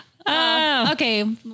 Okay